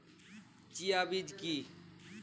Chia বীজ কী?